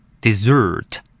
dessert